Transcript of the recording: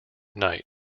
night